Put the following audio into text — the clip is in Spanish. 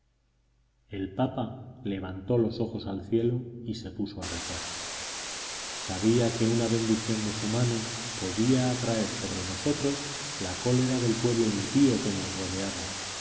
el papa levantó los ojos al cielo y se puso a rezar sabía que una bendición de su mano podía atraer sobre nosotros la cólera del pueblo impío que nos rodeaba